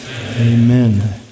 Amen